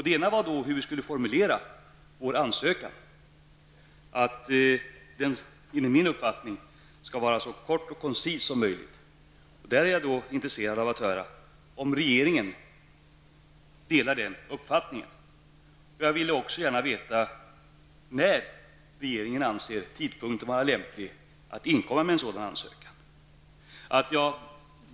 Den ena frågan var hur vi skulle formulera vår ansökan. Enligt min uppfattning skall den vara så kort och koncis som möjligt. Jag är intresserad av att få höra om regeringen delar den uppfattningen. Min andra fråga var när regeringen anser tidpunkten vara lämplig att inkomma med en sådan ansökan.